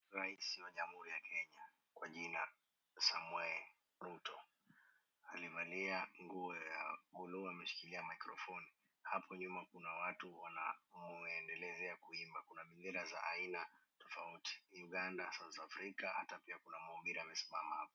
Rais wa jamhuri ya Kenya kwa jina, Samoei Ruto. Amevalia nguo ya buluu ameshikilia mikrofoni. Hapo nyuma kuna watu wanaoendelelea kuimba. Kuna bendera za aina tofauti; Uganda, South Africa hata pia kuna mhubiri amesimama hapo.